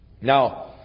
Now